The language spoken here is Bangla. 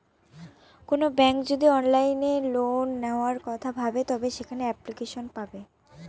কোনো ব্যাঙ্ক যদি অনলাইনে লোন নেওয়ার কথা ভাবে তবে সেখানে এপ্লিকেশন পাবে